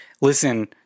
listen